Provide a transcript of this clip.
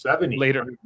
later